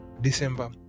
December